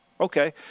Okay